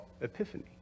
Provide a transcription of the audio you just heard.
Epiphany